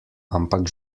ampak